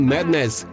Madness